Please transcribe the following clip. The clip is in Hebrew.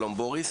שלום, בוריס